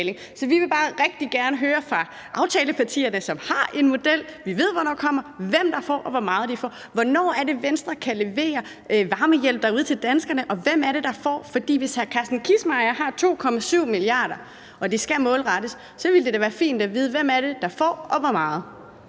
Så vi vil bare rigtig gerne høre fra aftalepartierne, som har en model – vi ved, hvornår det kommer, hvem der får, og hvor meget de får: Hvornår er det, Venstre kan levere varmehjælp derude til danskerne, og hvem er det, der får? For hvis hr. Carsten Kissmeyer har 2,7 mia. kr. og de skal målrettes, så ville det da være fint at vide, hvem det er, der får, og hvor meget,